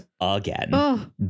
again